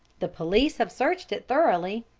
the police have searched it thoroughly,